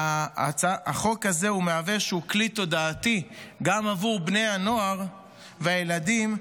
החוק הזה הוא איזשהו כלי תודעתי גם בעבור בני הנוער והילדים,